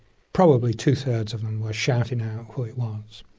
probably two-thirds of them were shouting out who it was.